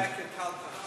הא, קלקלת.